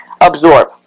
absorb